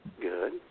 Good